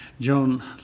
Joan